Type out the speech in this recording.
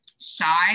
shy